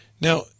Now